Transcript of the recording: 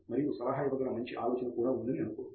మరియు సలహా ఇవ్వగల మంచి ఆలోచన కుడా ఉందని అనుకోండి